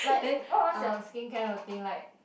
like if what what's your skincare routine like